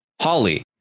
Holly